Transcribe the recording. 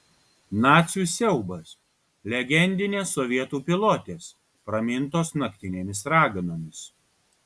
nacių siaubas legendinės sovietų pilotės pramintos naktinėmis raganomis